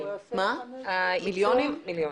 בים.